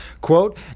quote